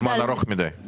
פרק זמן ארוך מידיי.